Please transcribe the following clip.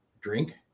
drink